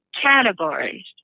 categories